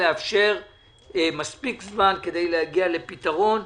לאפשר מספיק זמן כדי להגיע לפתרון,